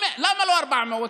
למה לא 400?